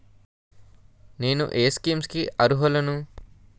నేను ఏ స్కీమ్స్ కి అరుహులను?